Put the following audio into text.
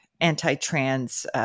anti-trans